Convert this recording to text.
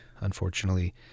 unfortunately